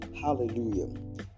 Hallelujah